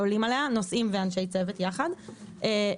נוסעים ואנשי צוות יחד.